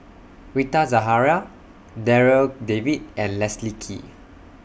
Rita Zahara Darryl David and Leslie Kee